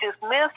dismiss